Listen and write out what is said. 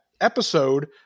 episode